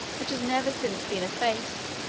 which has never since been effaced,